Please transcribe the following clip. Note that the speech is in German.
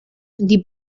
die